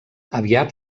aviat